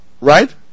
Right